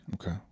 Okay